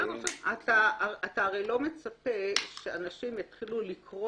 אתה הרי לא מצפה שאנשים יתחילו לקרוא